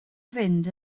fynd